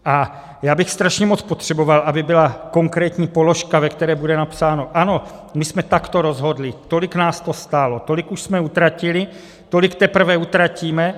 A já bych strašně moc potřeboval, aby byla konkrétní položka, ve které bude napsáno ano, my jsme takto rozhodli, tolik nás to stálo, tolik už jsme utratili, tolik teprve utratíme.